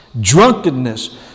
drunkenness